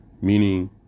Meaning